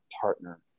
partner